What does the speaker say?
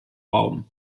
raum